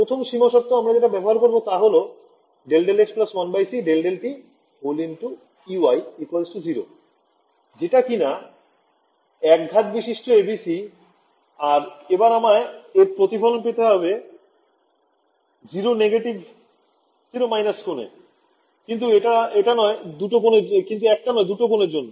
প্রথম সীমা শর্ত আমরা যেটা ব্যবহার করব তা হল ∂∂x 1c ∂∂t Ey 0 যেটা কিনা একঘাত বিশিষ্ট ABC আর এবার আমায় এর প্রতিফলন পেতে হবে 0 কোণে কিন্তু একটা নয় দুটো কোণের জন্যে